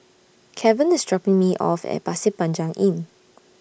Kevan IS dropping Me off At Pasir Panjang Inn